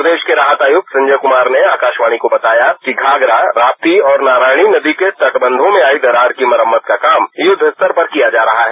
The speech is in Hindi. प्रदेश के राहत आयुक्त संजय कुमार ने आकाशवाणी को बताया कि घाघरा रापी और नारायणी नदी के तटबंधों में आई दरार की मरम्मत का काम युद्धस्तर पर किया जा रहा है